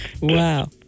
Wow